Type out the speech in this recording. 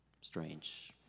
strange